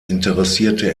interessierte